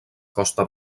costa